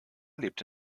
lebt